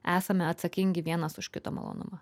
esame atsakingi vienas už kito malonumą